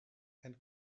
and